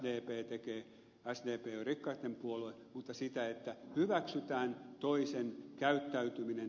sdp ei ole rikkaitten puolue mutta sitä että hyväksytään toisen käyttäytyminen